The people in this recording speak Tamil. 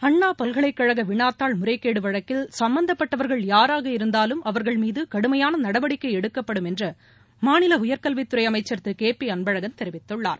அண்ணா பல்கலைக்கழக வினாத்தாள் முறைகேடு வழக்கில் சம்பந்தப்பட்டவர்கள் யாராக இருந்தாலும் அவர்கள் மீது கடுமையான நடவடிக்கை எடுக்கப்படும் என்று மாநில உயர்கல்வித்துறை அமைச்சர் திரு கே பி அன்பழகன் தெரிவித்துள்ளார்